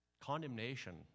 condemnation